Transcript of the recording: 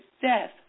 death